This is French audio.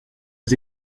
aux